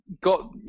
got